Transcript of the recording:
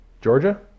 Georgia